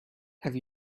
have